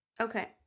Okay